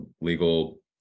legal